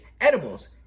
edibles